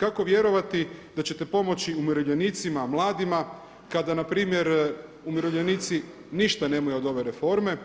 Kako vjerovati da ćete pomoći umirovljenicima, mladima kada npr. umirovljenici ništa nemaju od ove reforme,